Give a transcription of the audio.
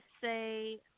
say